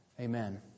Amen